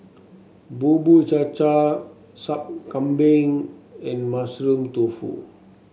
Bubur Cha Cha Sup Kambing and Mushroom Tofu